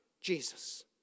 Jesus